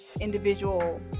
individual